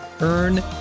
Earn